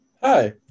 Hi